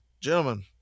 Gentlemen